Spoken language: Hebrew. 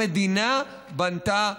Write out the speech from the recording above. המדינה בנתה דירות.